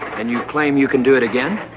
and you claim you can do it again?